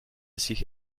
sich